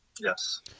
Yes